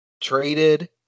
Traded